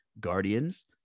guardians